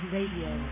Radio